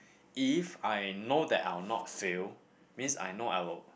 if I know that I will not fail means I know I will